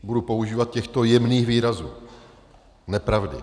Budu používat těchto jemných výrazů nepravdy.